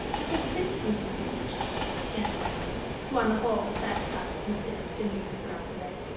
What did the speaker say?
i don't think he is engaged answered emmeline, who on the whole was satisfied with miss derrick's demeanour throughout the day.